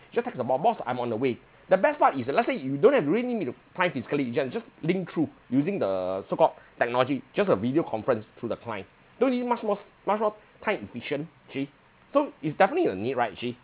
just text the boss boss I'm on the way the best part is let's say you don't have to ring in with the client physically you just you just link through using the so called technology just a video conference through the client don't you think much more much more time efficient actually so it's definitely a need right actually